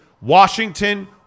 Washington